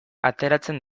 ateratzen